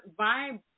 vibe